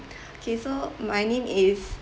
K so my name is